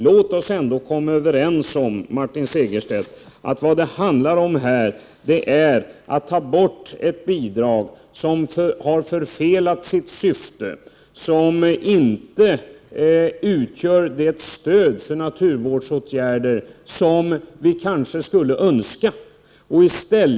Låt oss ändå komma överens om, Martin Segerstedt, att vad det handlar om här är att ta bort ett bidrag som har förfelat sitt syfte och inte utgör det stöd för naturvårdsåtgärder som vi kanske skulle önska.